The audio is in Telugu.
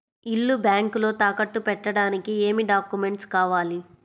ఇల్లు బ్యాంకులో తాకట్టు పెట్టడానికి ఏమి డాక్యూమెంట్స్ కావాలి?